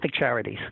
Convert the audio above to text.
Charities